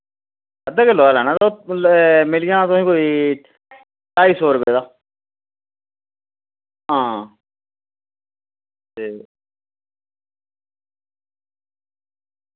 अद्धा किल्लो दा लैना मिली जाना तुसेंगी कोई ढाई सौ रपेऽ दा हां ठीक